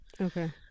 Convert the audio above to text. okay